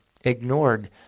ignored